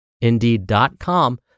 Indeed.com